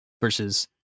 versus